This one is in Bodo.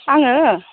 आङो